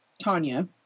Tanya